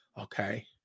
Okay